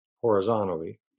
horizontally